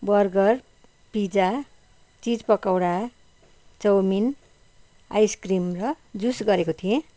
burger pizza cheese pakora chowmein ice cream र juice गरेको थिएँ